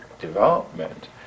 development